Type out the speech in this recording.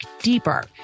deeper